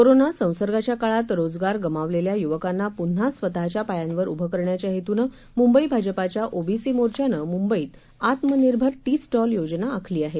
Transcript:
कोरोनासंसर्गाच्याकाळातरोजगारगमावलेल्यायुवकांनापुन्हास्वतःच्यापायांवरउभंकरण्याच्याहेतूनमुंबईभाजपाच्या ओबीसीमोर्चा नमुंबईतआत्मनिर्भरटीस्टॉलयोजनाआखलीआहे